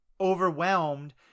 overwhelmed